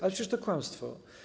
Ale przecież to kłamstwo.